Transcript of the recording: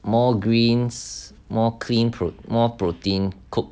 more greens more clean more protein cook